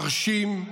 מרשים,